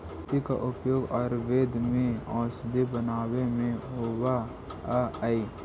मोती का उपयोग आयुर्वेद में औषधि बनावे में होवअ हई